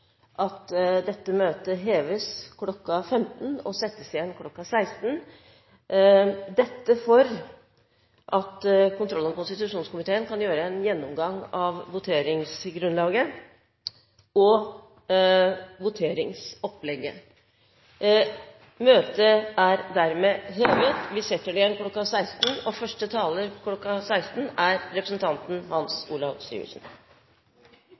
at dette møtet heves kl. 15 og settes igjen kl. 16 – dette for at kontroll- og konstitusjonskomiteen kan gjøre en gjennomgang av voteringsgrunnlaget og voteringsopplegget. – Møtet er dermed hevet. Vi setter det igjen kl. 16, og første taler kl. 16 er representanten Hans Olav Syversen.